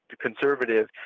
conservative